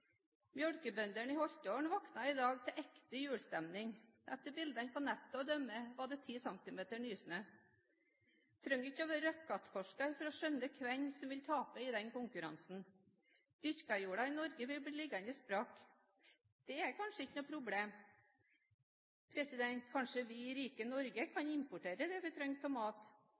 Melkebøndene i Holtålen våknet i dag til ekte julestemning. Etter bildene på nettet å dømme, var det 10 cm nysnø. Man trenger ikke å være rakettforsker for å skjønne hvem som vil tape i den konkurransen. Den dyrkede jorden i Norge vil bli liggende brakk. Det er kanskje ikke noe problem, kanskje vi i rike Norge kan importere det vi trenger av mat.